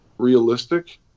realistic